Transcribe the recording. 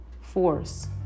force